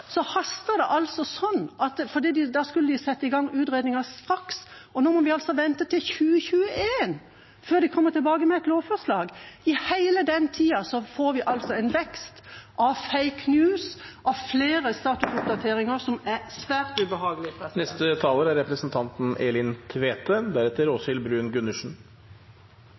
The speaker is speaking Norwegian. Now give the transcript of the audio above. Så til tidsperspektivet. Da vi foreslo dette og regjeringa kom med sitt brev, hastet det sånn, for da skulle de sette i gang utredningen straks. Nå må vi altså vente til 2021 før de kommer tilbake med et lovforslag. I hele den tida vil vi få en vekst av «fake news» og flere statusoppdateringer som er svært